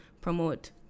promote